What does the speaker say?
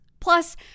Plus